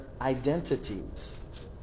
identities